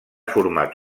format